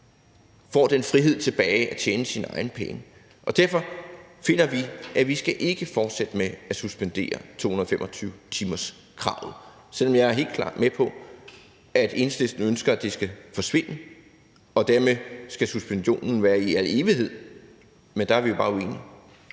får den frihed tilbage at tjene sine egne penge. Derfor finder vi, at vi ikke skal fortsætte med at suspendere 225-timerskravet, selv om jeg helt klart er med på, at Enhedslisten ønsker, at det skal forsvinde, og at suspensionen dermed skal være i al evighed – men der er vi jo bare uenige.